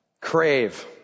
crave